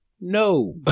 no